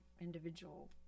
individual